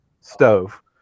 stove